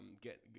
get